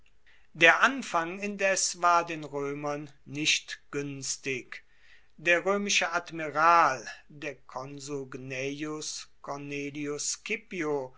der anfang indes war den roemern nicht guenstig der roemische admiral der konsul gnaeus cornelius